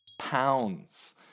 pounds